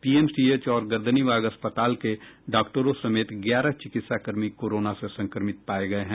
PMCH और गर्दनीबाग अस्पताल के डॉक्टरों समेत ग्यारह चिकित्सा कर्मी कोरोना से संक्रमित पाये गये हैं